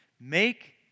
make